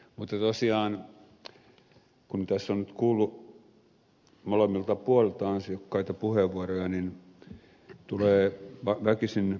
mutta tosiaan kun tässä on nyt kuullut molemmilta puolilta ansiokkaita puheenvuoroja niin tulee väkisin ed